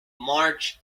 march